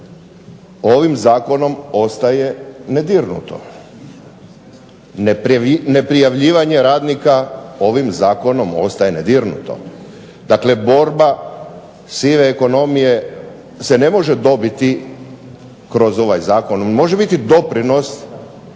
ovim zakonom ostaje nedirnuto, neprijavljivanje radnika ovim zakonom ostaje nedirnuto. Dakle borba sive ekonomije se ne može dobiti kroz ovaj zakon. On može biti doprinos